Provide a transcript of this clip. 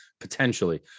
potentially